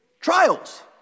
Trials